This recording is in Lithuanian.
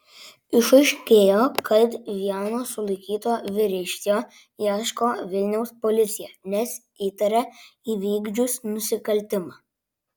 išaiškėjo kad vieno sulaikyto vyriškio ieško vilniaus policija nes įtaria įvykdžius nusikaltimą